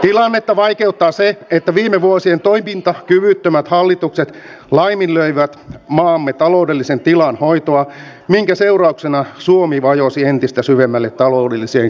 tilannetta vaikeuttaa se että viime vuosien toimintakyvyttömät hallitukset laiminlöivät maamme taloudellisen tilan hoitoa minkä seurauksena suomi vajosi entistä syvemmälle taloudelliseen kurimukseen